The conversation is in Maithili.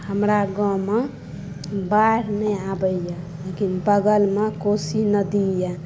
हमरा गाँवमे बाढ़ि नहि आबैया लेकिन बगलमे कोशी नदी यऽ